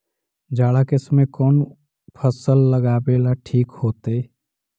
जाड़ा के समय कौन फसल लगावेला ठिक होतइ?